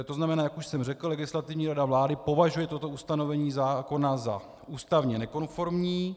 To znamená, jak už jsem řekl, Legislativní rada vlády považuje toto ustanovení zákona za ústavně nekonformní.